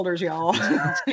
y'all